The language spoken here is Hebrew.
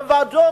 בוועדות,